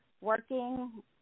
working